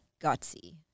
gutsy